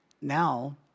Now